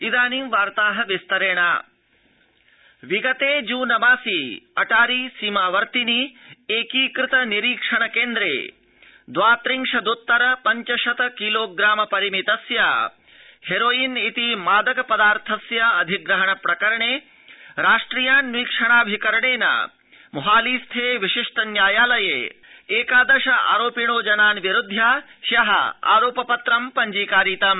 राष्ट्रियाऽन्वीक्षणाऽभि करणम् विगते जून मासि अटारी सीमावर्तिनि एकीकृत निरीक्षण केन्द्रे द्वात्रिंशद्त्तर पञ्चशत कीलोग्राम परिमितस्य हेरोईन इति मादक पदार्थस्य अधिग्रहण प्रकरणे राष्ट्रियाऽन्वीक्षणाऽभि करणेन मोहाली स्थे विशिष्ट न्यायालये एकादश आरोपिणो जनान् विरुध्य ह्य आरोप पत्रं पञ्जीकारितम्